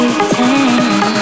pretend